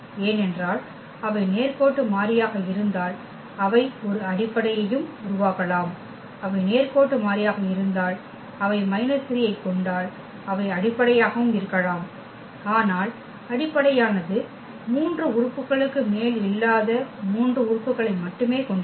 ஏனென்றால் அவை நேர்கோட்டு மாறியாக இருந்தால் அவை ஒரு அடிப்படையையும் உருவாக்கலாம் அவை நேர்கோட்டு மாறியாக இருந்தால் அவை 3 ஐக் கொண்டால் அவை அடிப்படையாகவும் இருக்கலாம் ஆனால் அடிப்படையானது 3 உறுப்புகளுக்கு மேல் இல்லாத 3 உறுப்புகளை மட்டுமே கொண்டிருக்கும்